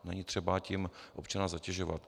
Není třeba tím občana zatěžovat.